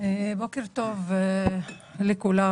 בוקר טוב לכולם.